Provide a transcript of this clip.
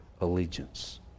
allegiance